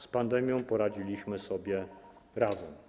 Z pandemią poradziliśmy sobie razem.